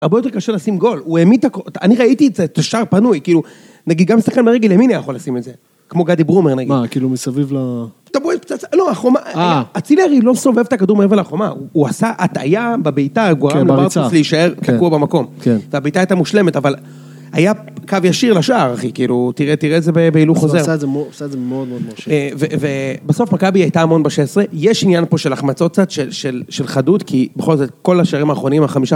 הרבה יותר קשה לשים גול, הוא העמיד את הכל, אני ראיתי את זה, את השער פנוי, כאילו, נגיד, גם שחקן ברגל ימין היה יכול לשים את זה, כמו גדי ברומר, נגיד. מה, כאילו מסביב ל... אתה בועט פצצה, לא, אצילרי לא סובב את הכדור מעבר לחומה, הוא עשה הטעייה בביתה, גורם למרפוס להישאר ככה תקוע במקום. כן. והביתה הייתה מושלמת, אבל היה קו ישיר לשער, אחי, כאילו, תראה, תראה את זה בהילוך חוזר. עושה את זה מאוד מאוד מרשים. ובסוף מכבי הייתה המון בשש עשרה, יש עניין פה של החמצות קצת, של חדות, כי בכל זאת, כל השערים האחרונים, החמישה...